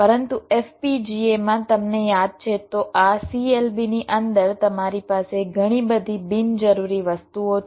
પરંતુ FPGA માં તમને યાદ છે તો આ CLB ની અંદર તમારી પાસે ઘણી બધી બિનજરૂરી વસ્તુઓ છે